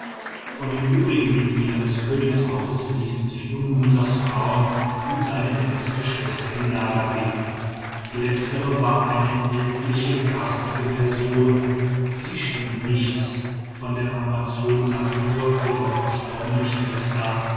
von den übrigen mitgliedern des königshauses ließen sich nur munsas frauen und seine älteste schwester im lager blicken die letztere war eine ältliche garstige person sie schien nichts von der amazonennatur ihrer verstorbenen schwester